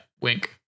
Wink